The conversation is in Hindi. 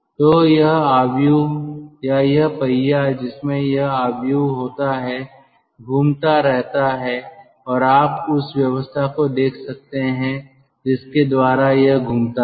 तो यह मैट्रिक्स या यह पहिया जिसमें यह मैट्रिक्स होता है घूमता रहता है और आप उस व्यवस्था को देख सकते हैं जिसके द्वारा यह घूमता है